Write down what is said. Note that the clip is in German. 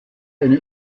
eine